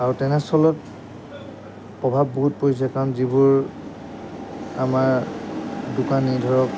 আৰু তেনেস্থলত প্ৰভাৱ বহুত পৰিছে কাৰণ যিবোৰ আমাৰ দোকানী ধৰক